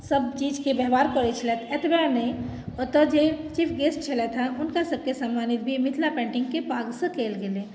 सभ चीजके व्यवहार करैत छेलथि एतबे नहि ओतऽ जे चीफ गेस्ट छेलथि हँ हुनका सभकेँ सम्मानित भी मिथिला पेन्टिङ्गके पाग से कयल गेलै